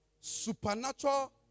supernatural